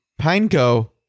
Pineco